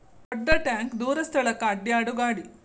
ದೊಡ್ಡ ಟ್ಯಾಂಕ ದೂರ ಸ್ಥಳಕ್ಕ ಅಡ್ಯಾಡು ಗಾಡಿ